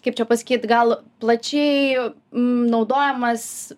kaip čia pasakyt gal plačiai naudojamas